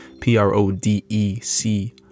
P-R-O-D-E-C